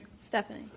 Stephanie